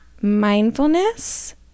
mindfulness